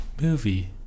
Movie